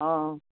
অঁ